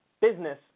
business